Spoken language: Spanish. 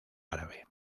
árabe